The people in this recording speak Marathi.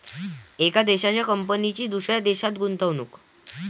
एका देशाच्या कंपनीची दुसऱ्या देशात गुंतवणूक